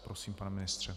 Prosím, pane ministře.